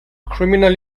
criminal